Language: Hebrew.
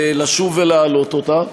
לשוב ולהעלות אותה.